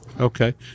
Okay